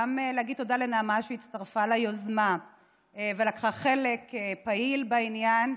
וגם להגיד תודה לנעמה שהצטרפה ליוזמה ולקחה חלק פעיל בעניין.